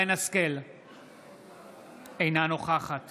אינה נוכחת